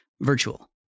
virtual